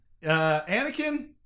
Anakin